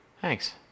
Thanks